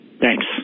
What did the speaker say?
Thanks